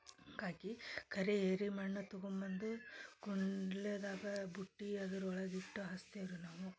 ಕಾಕಿ ಕರೆ ಏರಿ ಮಣ್ಣು ತೊಗೊಂಡ್ಬಂದು ಕುಂಡ್ಲೆದಾಗ ಬುಟ್ಟಿ ಅದ್ರ ಒಳಗೆ ಇಟ್ಟು ಹಚ್ತೇವೆ ರೀ ನಾವು